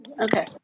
Okay